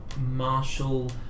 Marshall